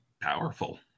powerful